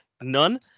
None